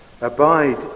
abide